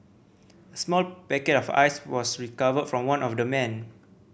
a small packet of ice was recovered from one of the men